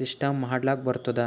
system ಮಾಡ್ಲಾಕ್ ಬರ್ತುದ